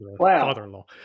father-in-law